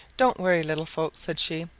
don't worry, little folks, said she.